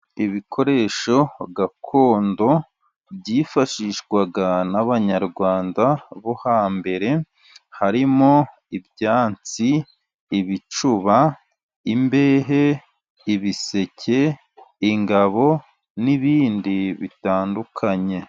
Ibikoresho gakondo byifashishwaga n'Abanyarwanda bo hambere. Harimo ibyansi, ibicuba, imbehe, ibiseke, ingabo, n'ibindi bitandukanye.